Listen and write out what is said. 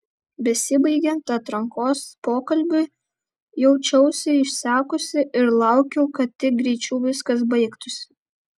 besibaigiant atrankos pokalbiui jaučiausi išsekusi ir laukiau kad tik greičiau viskas baigtųsi